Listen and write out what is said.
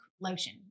lotion